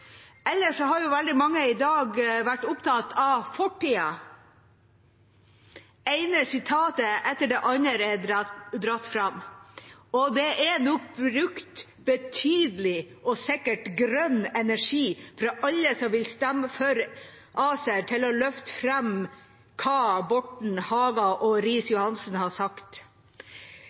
Ellers har veldig mange i dag vært opptatt av fortiden, det ene sitatet etter det andre er dratt fram. Det er nok brukt betydelig, og sikkert grønn, energi fra alle som vil stemme for ACER, til å løfte fram hva Borten Moe, Haga, og Riis-Johansen har sagt.